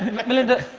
melinda,